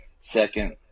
second